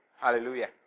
Hallelujah